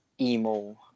emo